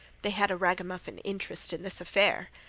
they had a ragamuffin interest in this affair.